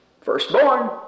firstborn